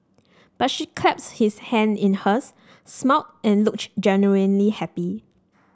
but she clasped his hands in hers smiled and looked genuinely happy